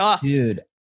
Dude